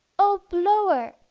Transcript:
o blower,